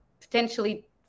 potentially